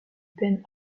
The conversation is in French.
peine